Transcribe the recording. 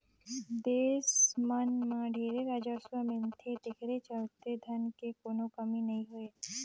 देस मन मं ढेरे राजस्व मिलथे तेखरे चलते धन के कोनो कमी नइ होय